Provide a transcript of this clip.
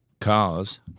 cars